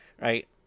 right